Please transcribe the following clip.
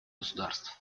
государств